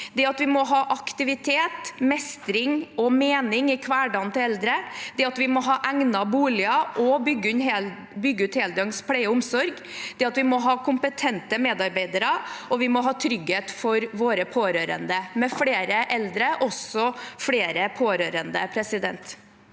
bak. Vi må ha aktivitet, mestring og mening i hverdagen til eldre, vi må ha egnede boliger og bygge ut heldøgns pleie og omsorg, vi må ha kompetente medarbeidere, og vi må ha trygghet for våre pårørende. Med flere eldre blir det også flere pårørende. Carina